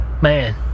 Man